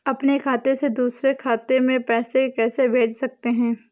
अपने खाते से दूसरे खाते में पैसे कैसे भेज सकते हैं?